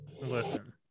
Listen